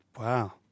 Wow